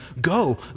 go